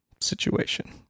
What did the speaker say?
situation